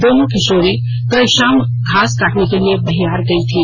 दोनों किशोरी कल शाम घास काटने के लिए बहियार गई थी